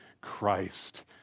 Christ